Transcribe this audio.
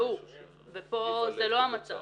ופה זה לא המצב.